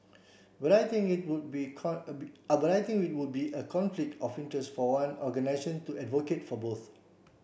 but I think it would be but I think it would be a conflict of interest for one organisation to advocate for both